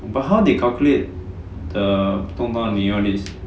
but how they calculate the 动到你 all these